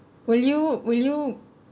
will you will you